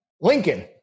Lincoln